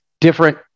different